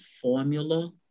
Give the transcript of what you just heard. formula